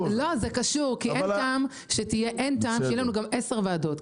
זה קשור, כי אין טעם שיהיו לנו גם עשר ועדות.